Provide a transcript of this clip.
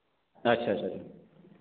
अच्छा अच्छा अच्छा